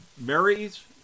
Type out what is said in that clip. Mary's